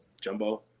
Jumbo